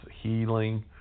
healing